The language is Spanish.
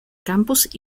campus